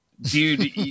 dude